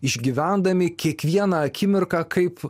išgyvendami kiekvieną akimirką kaip